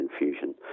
infusion